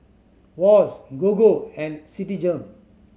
Wall's Gogo and Citigem